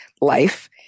life